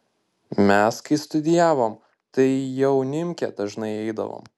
mes kai studijavom tai į jaunimkę dažnai eidavom